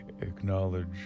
acknowledge